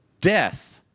Death